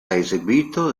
eseguito